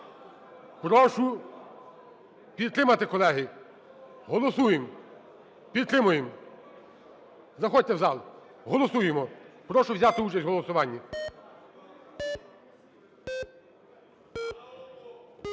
Прошу підтримати, колеги. Голосуємо! Підтримуємо! Заходьте в зал. Голосуємо! Прошу взяти участь в голосуванні.